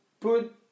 put